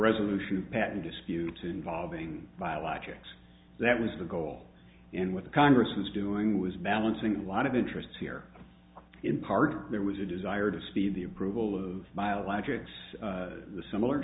resolution patent dispute involving biologics that was the goal in with the congress was doing was balancing a lot of interests here in part there was a desire to speed the approval of biologics the similar